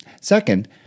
Second